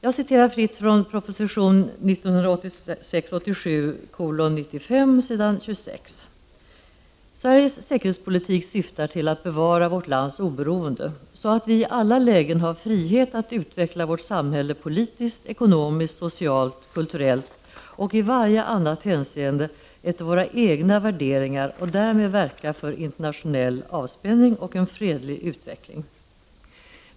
I prop. 1986/87:95 s. 26 sägs att Sveriges säkerhetspolitik syftar till att bevara vårt lands oberoende, så att vi i alla lägen har frihet att utveckla vårt samhälle politiskt, ekonomiskt, socialt, kulturellt och i varje annat hänseende efter våra egna värderingar och därmed verka för internationell avspänning och en fredlig utveckling.